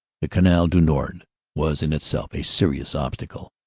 the canal du nord was in itself a serious obstacle.